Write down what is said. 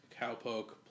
Cowpoke